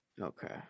Okay